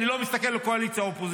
אני לא מסתכל על קואליציה או אופוזיציה.